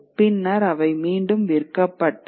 பின்னர் அவை மீண்டும் விற்கப்பட்டன